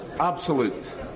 absolute